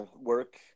work